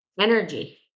energy